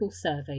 Survey